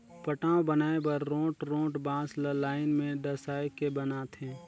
पटांव बनाए बर रोंठ रोंठ बांस ल लाइन में डसाए के बनाथे